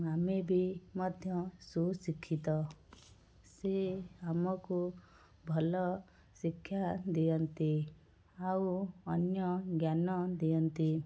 ଆମେ ବି ମଧ୍ୟ ସୁଶିକ୍ଷିତ ସେ ଆମକୁ ଭଲ ଶିକ୍ଷା ଦିଅନ୍ତି ଆଉ ଅନ୍ୟ ଜ୍ଞାନ ଦିଅନ୍ତି